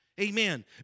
Amen